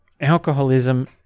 alcoholism